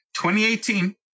2018